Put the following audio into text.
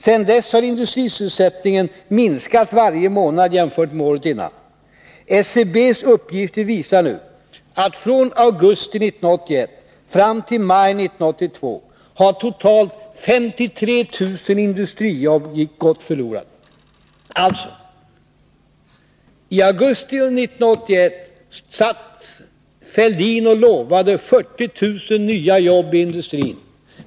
Sedan dess har industrisysselsättningen minskat varje månad jämfört med samma tid året innan. SCB:s uppgifter visar nu att från augusti 1981 fram till maj 1982 har totalt 53 000 industrijobb gått förlorade. I augusti 1981 lovade Thorbjörn Fälldin 40 000 nya jobb i industrin.